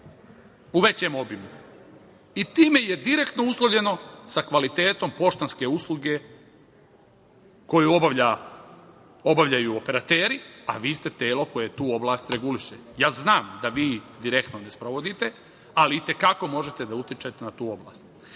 u većem obimu i time je direktno uslovljeno sa kvalitetom poštanske usluge koju obavljaju operateri, a vi ste telo koje tu oblast reguliše. Ja znam da vi direktno ne sprovodite, ali i te kako možete da utičete na tu oblast.Zašto